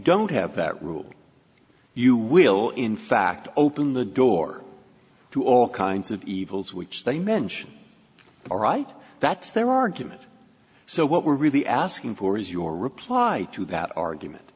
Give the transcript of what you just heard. don't have that rule you will in fact open the door to all kinds of evils which they mention all right that's their argument so what we're really asking for is your reply to that argument